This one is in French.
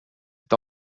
est